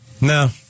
No